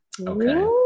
Okay